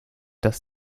das